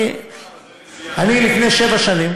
תקרא את זה,